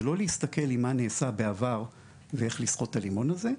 זה לא להסתכל עם מה נעשה בעבר ואיך לסחוט את הלימון הזה,